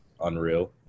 unreal